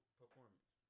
performance